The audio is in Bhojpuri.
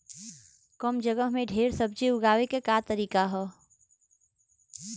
कम जगह में ढेर सब्जी उगावे क का तरीका ह?